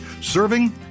Serving